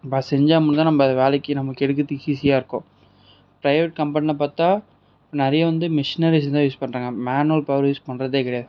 நம்ப அதை செஞ்சால் மட்டும் தான் நம்ப அதை வேலைக்கு நம்மளுக்கு எடுக்குறதுக்கு ஈஸியாக இருக்கும் பிரைவேட் கம்பனியில் பார்த்தா நிறைய வந்து மிஷினரீஸ் தான் யூஸ் பண்றாங்க மேனுவல் பவர் யூஸ் பண்ணுறதே கிடையாது